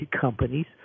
companies